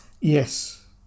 Yes